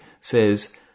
says